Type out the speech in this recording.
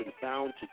found